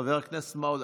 חבר הכנסת מעוז.